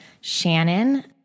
Shannon